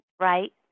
right